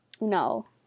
no